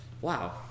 wow